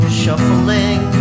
shuffling